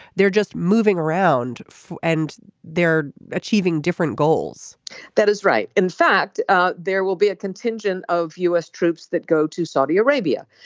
they're just moving around and they're achieving different goals that is right. in fact ah there will be a contingent of u s. troops that go to saudi arabia.